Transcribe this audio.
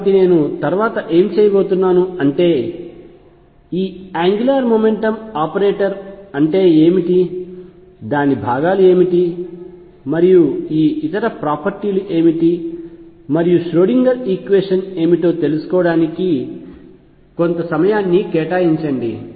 కాబట్టి నేను తరువాత ఏమి చేయబోతున్నాను అంటే ఈ యాంగ్యులార్ మెకానిక్స్ ఆపరేటర్ అంటే ఏమిటి దాని భాగాలు ఏమిటి మరియు ఈ ఇతర ప్రాపర్టీ లు ఏమిటి మరియు ష్రోడింగర్ ఈక్వేషన్ ఏమిటో తెలుసుకోవడానికి కొంత సమయం కేటాయించండి